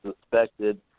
suspected